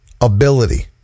ability